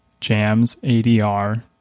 jamsadr